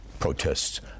protests